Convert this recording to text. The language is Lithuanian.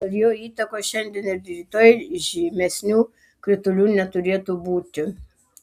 dėl jo įtakos šiandien ir rytoj žymesnių kritulių neturėtų būti